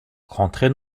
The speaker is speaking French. rentré